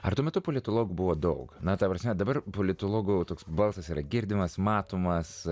ar tuo metu politologų buvo daug na ta prasme dabar politologo toks balsas yra girdimas matomas